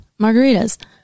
margaritas